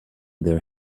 their